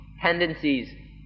tendencies